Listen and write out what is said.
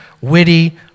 witty